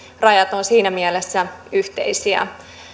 rajat ovat siinä mielessä yhteisiä